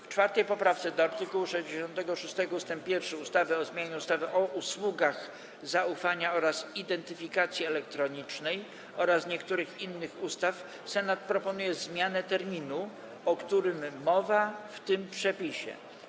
W 4. poprawce do art. 66 ust. 1 ustawy o zmianie ustawy o usługach zaufania oraz identyfikacji elektronicznej oraz niektórych innych ustaw Senat proponuje zmianę terminu, o którym mowa w tym przepisie.